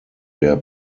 der